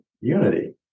Unity